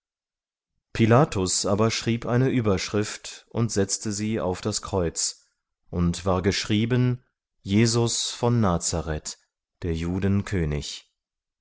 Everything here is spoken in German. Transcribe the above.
pilatus aber schrieb eine überschrift und setzte sie auf das kreuz und war geschrieben jesus von nazareth der juden könig